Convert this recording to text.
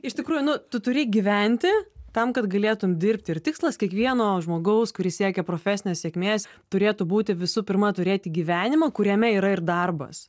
iš tikrųjų nu tu turi gyventi tam kad galėtum dirbti ir tikslas kiekvieno žmogaus kuris siekia profesinės sėkmės turėtų būti visų pirma turėti gyvenimą kuriame yra ir darbas